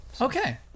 Okay